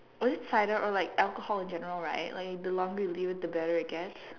was it cider or like alcohol in general right the longer you leave it the better it gets